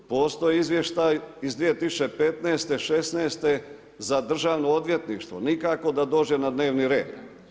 Postoji izvještaj iz 2015., 2016. za Državno odvjetništvo, nikako da dođe na dnevni red.